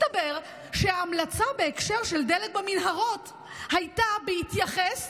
מסתבר שההמלצה בהקשר של דלק במנהרות הייתה בהתייחס,